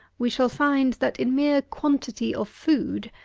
we shall find, that, in mere quantity of food,